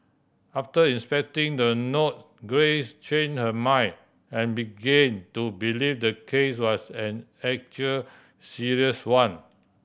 after inspecting the note Grace change her mind and begin to believe the case was an actual serious one